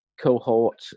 cohort